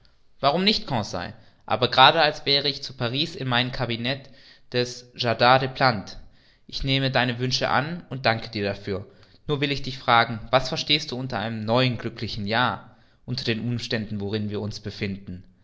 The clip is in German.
warum nicht conseil aber gerade als wäre ich zu paris in meinem cabinet des jardin des plantes ich nehme deine wünsche an und danke dir dafür nur will ich dich fragen was verstehst du unter einem glücklichen neuen jahr unter den umständen worin wir uns befinden